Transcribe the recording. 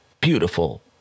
beautiful